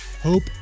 Hope